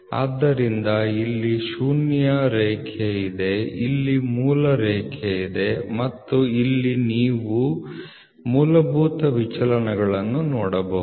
ಆದ್ದರಿಂದ ಇಲ್ಲಿ ಶೂನ್ಯ ರೇಖೆ ಇದೆ ಇದು ಮೂಲ ರೇಖೆ ಮತ್ತು ಇಲ್ಲಿ ನೀವು ಮೂಲಭೂತ ವಿಚಲನಗಳನ್ನು ನೋಡಬಹುದು